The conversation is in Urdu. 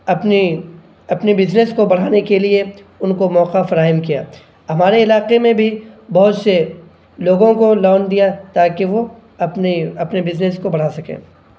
اپنی اپنے بزنس کو بڑھانے کے لیے ان کو موقع فراہم کیا ہماے علاقے میں بھی بہت سے لوگوں کو لون دیا تاکہ وہ اپنی اپنے بزنس کو بڑھا سکیں